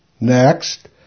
Next